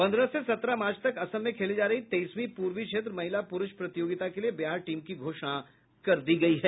पन्द्रह से सत्रह मार्च तक असम में खेली जा रही तेईसवीं पूर्वी क्षेत्र महिला पुरूष प्रतियोगिता के लिए बिहार टीम की घोषणा कर दी गयी है